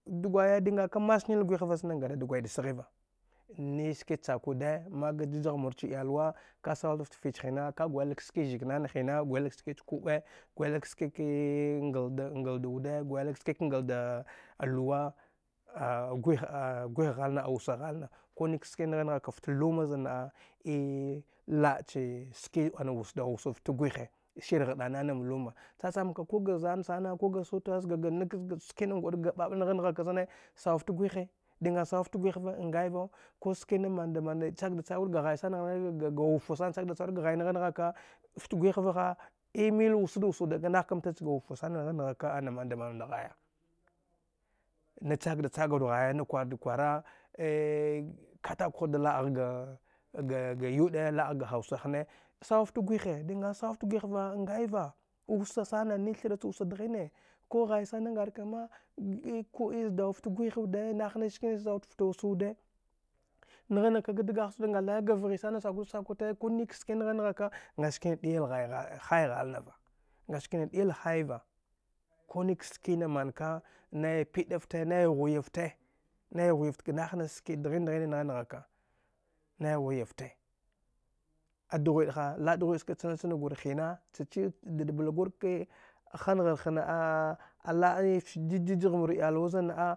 Dgwaya di nga ka mas nil gwith va zane nga da dgway da sghiva niski cha kuwude mak ga jijagh mur cha iyalwa ka sau dafta fich hina ka gwil ka ski zik na na hina gwil kashich kuɓe gwil ka ski kii ngal da wude gwil ka ski ke ka ngal dailuwa a gwith ghai na a wusa ghal na kunik cha ski ngha ngha kafta luma zan na’a ei la’a che ski ana wus dawusa wudfte gwihe shir ghdana nam luma cha-cham ka kuga zan sana kuga suta zhaha nik zga skina ngu aud ga bab ngan saufta gwith va a ngai vau ku skina manda mani a chag da cha aud ga ghai sana ga wufa sana chag da chagaud ga ghai sana fta gwith vaha ei mil wusa da wusa wud ga nah kamta chaga wufa sana ngha ngh kamta chaga wufa sana gha nghaku oma mnda manu eud ga ghaya na chag da chaguwud ghaya na kwarud kwara katakwa da la’a gh ga yuɗe la’a gh ga hausa hane saufta gwihe di ngan saufta gwith va ngaiva wussa sana ni thra cha wusa sana ni thra cha wusa dghine ku ghai sana ngar kama ku’ei zdaufta gwiha wude nah nis ski zdaufta wusa wude nagha nagh ka ga dgaghtha zud nglaya ga vghi sana saku du saku wude kunik ski ngha nghaka nga ski na dill hai ghainava nga ksina dil hai va ku nik skina man ka nai piɗa fte nai ghuyafte nai ghuyafta ga nati nas ski dghin shin ngha nghaka nai ghuyafte a dghwiɗ ha la’a dgwiɗ chki chan chna gur hina dida bia gur ki a hanngh na l ai ei fta jij jij ghamur iyawa zan na’a.